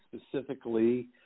specifically